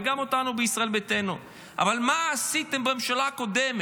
וגם אותנו בישראל ביתנו: אבל מה עשיתם בממשלה הקודמת?